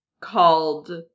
called